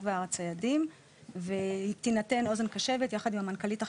והציידים ותינתן אוזן קשבת יחד עם המנכ"לית החדשה.